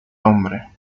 hombre